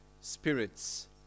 spirits